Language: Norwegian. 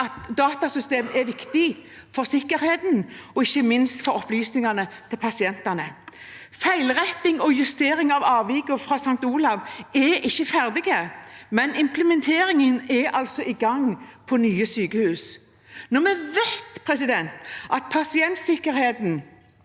at datasystem er viktig for sikkerheten og ikke minst for opplysningene til pasientene. Feilretting og justering av avvikene fra St. Olavs er ikke ferdige, men implementeringen er altså i gang på nye sykehus. Vi vet at pasientsikkerheten